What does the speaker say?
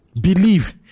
Believe